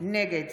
נגד